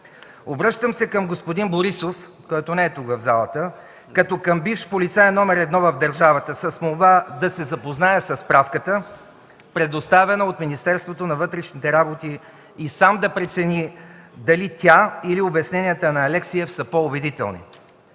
Обръщам се към господин Борисов, който не е тук в залата, като към бивш полицай № 1 в държавата, с молба да се запознае със справката, предоставена от Министерството на вътрешните работи, и сам да прецени дали тя или обясненията на Алексиев са по-убедителни.